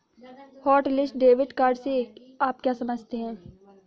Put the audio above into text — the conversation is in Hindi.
हॉटलिस्ट डेबिट कार्ड से आप क्या समझते हैं?